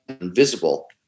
invisible